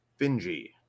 Finji